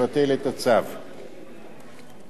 לבסוף,